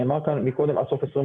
נאמר כאן מקודם: עד סוף 2023